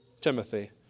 Timothy